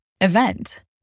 event